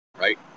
right